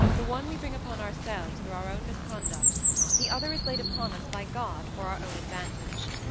the one we bring upon ourselves, through our own misconduct the other is laid upon us by god for our own advantage.